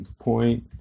Point